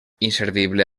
inservible